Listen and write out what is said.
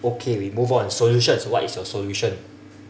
okay we move on solutions what is your solution